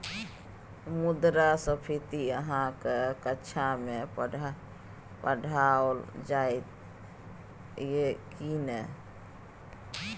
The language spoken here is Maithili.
मुद्रास्फीति अहाँक कक्षामे पढ़ाओल जाइत यै की नै?